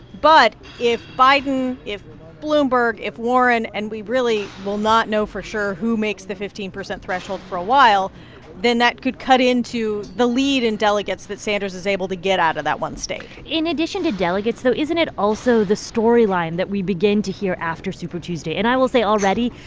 but if biden, if bloomberg, if warren and we really will not know for sure who makes the fifteen percent threshold for a while then that could cut into the lead in delegates that sanders is able to get out of that one state in addition to delegates, though, isn't it also the storyline that we begin to hear after super tuesday? and i will say, already,